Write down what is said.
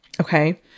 Okay